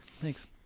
Thanks